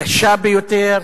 הקשה ביותר,